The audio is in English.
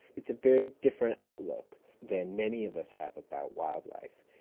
it's a very different outlook than many of us have about wildlife.